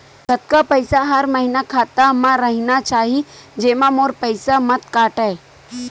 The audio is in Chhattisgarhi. कतका पईसा हर महीना खाता मा रहिना चाही जेमा मोर पईसा मत काटे?